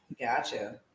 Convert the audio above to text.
Gotcha